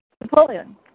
Napoleon